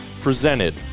presented